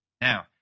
Now